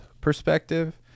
perspective